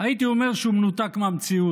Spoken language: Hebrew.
הייתי אומר שהוא מנותק מהמציאות,